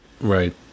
right